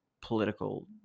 political